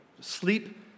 sleep